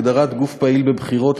הגדרת גוף פעיל בבחירות),